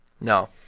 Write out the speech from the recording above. No